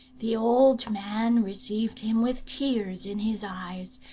the old man received him with tears in his eyes,